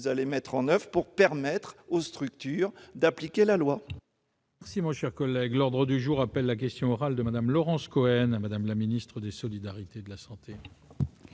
comptez-vous mettre en oeuvre pour permettre aux structures d'appliquer la loi